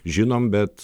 žinome bet